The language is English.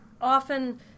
often